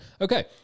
Okay